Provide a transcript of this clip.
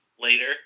later